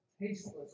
tasteless